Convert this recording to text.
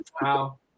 Wow